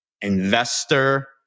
investor